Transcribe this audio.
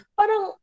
parang